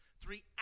three